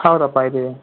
ಹೌದಪ್ಪ ಇದ್ದೀವಿ